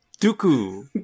Duku